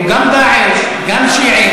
הוא גם "דאעש", גם שיעי.